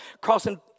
crossing